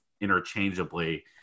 interchangeably